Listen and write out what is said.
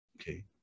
Okay